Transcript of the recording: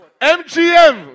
mgm